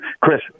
chris